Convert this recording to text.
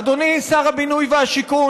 אדוני שר הבינוי והשיכון,